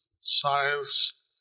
science